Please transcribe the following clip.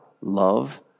love